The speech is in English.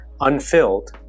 unfilled